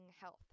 health